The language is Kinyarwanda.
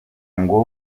ngo